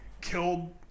killed